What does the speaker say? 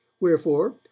Wherefore